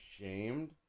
ashamed